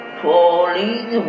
falling